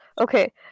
Okay